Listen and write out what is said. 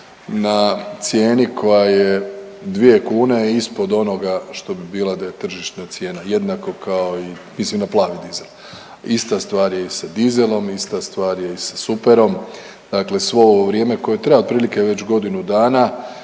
na cijeni koja je 2 kune ispod onoga što bi bila da je tržište cijena jednako kao i mislim na plavi dizel, ista stvar je i sa dizelom, ista stvar je i sa superom. Dakle, svo ovo vrijeme koje traje otprilike već godinu dana